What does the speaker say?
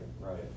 right